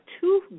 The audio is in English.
two